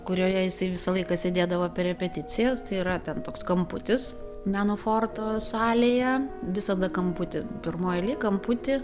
kurioje jisai visą laiką sėdėdavo per repeticijas tai yra ten toks kamputis meno forto salėje visada kamputy pirmoj eilėj kamputy